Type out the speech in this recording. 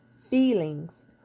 feelings